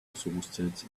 exhausted